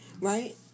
Right